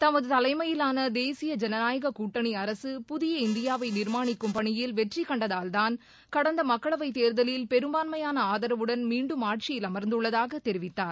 தமது தலைமையிலான தேசிய ஜனநாயக கூட்டணி அரக புதிய இந்தியாவை நிர்மாணிக்கும் பணியில் வெற்றி கண்டதால்தான் கடந்த மக்களவைத் தேர்தலில் பெரும்பான்மையான ஆதரவுடன் மீண்டும் ஆட்சியில் அமர்ந்துள்ளதாக தெரிவித்தார்